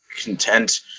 content